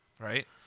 Right